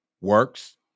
Works